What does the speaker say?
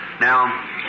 Now